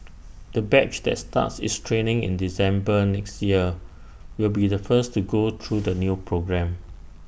the batch that starts its training in December next year will be the first to go through the new programme